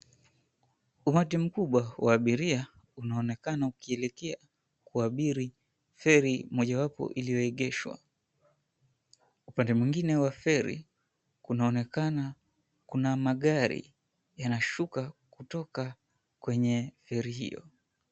Umati mkubwa wa abiria unaonekana ukielekea kuabiri feri mojawapo iliyoegeshwa. Upande mwingine wa feri kunaonekana kuna magari yanashuka kutoka kwenye feri hiyo.